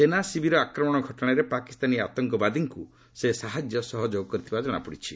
ସେନାଶିବିର ଆକ୍ରମଣ ଘଟଣାରେ ପାକିସ୍ତାନୀ ଆତଙ୍କବାଦୀଙ୍କୁ ସେ ସାହାଯ୍ୟ ସହଯୋଗ କରିଥିବା କଶାପଡ଼ିଛି